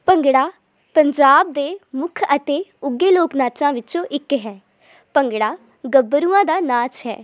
ਭੰਗੜਾ ਪੰਜਾਬ ਦੇ ਮੁੱਖ ਅਤੇ ਉੱਗੇ ਲੋਕ ਨਾਚਾਂ ਵਿੱਚੋਂ ਇੱਕ ਹੈ ਭੰਗੜਾ ਗੱਭਰੂਆਂ ਦਾ ਨਾਚ ਹੈ